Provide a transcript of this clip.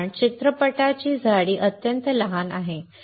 कारण चित्रपटाची जाडी अत्यंत लहान आहे